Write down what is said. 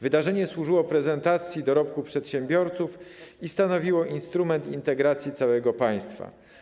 Wydarzenie służyło prezentacji dorobku przedsiębiorców i stanowiło instrument integracji całego państwa.